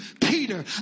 Peter